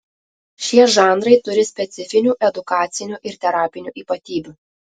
šie žanrai turi specifinių edukacinių ir terapinių ypatybių